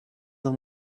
them